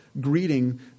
greeting